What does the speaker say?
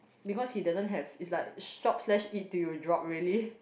because he doesn't have is like shop slash eat till you drop really